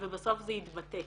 ובסוף זה יתבטא.